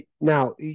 Now